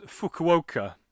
Fukuoka